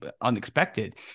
unexpected